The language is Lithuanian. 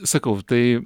sakau tai